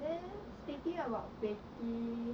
then speaking about baking